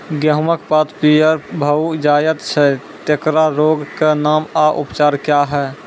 गेहूँमक पात पीअर भअ जायत छै, तेकरा रोगऽक नाम आ उपचार क्या है?